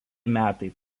metai